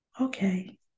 okay